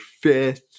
fifth